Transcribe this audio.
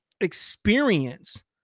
experience